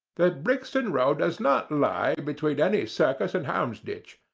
the brixton road does not lie between any circus and houndsditch,